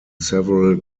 several